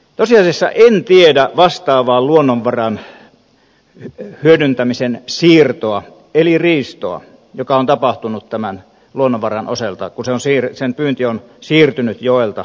tosiasiassa en tiedä vastaavaa luonnonvaran hyödyntämisen siirtoa eli riistoa joka on tapahtunut tämän luonnonvaran osalta kun sen pyynti on siirtynyt joelta merelle